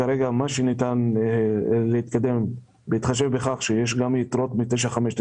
כדי שניתן יהיה כרגע להתקדם בו בהתחשב בכך שיש גם יתרות מ-959,